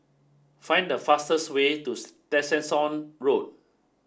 find the fastest way to Tessensohn Road